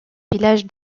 village